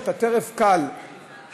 שאתה טרף קל בהתחלה,